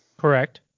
Correct